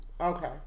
Okay